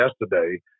yesterday